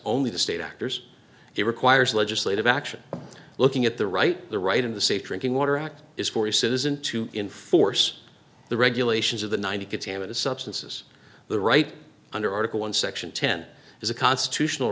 only the state actors it requires legislative action looking at the right the right in the safe drinking water act is for each citizen to enforce the regulations of the ninety contaminants substances the right under article one section ten is a constitutional